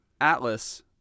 Atlas